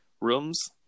rooms